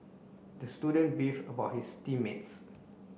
the student beefed about his team mates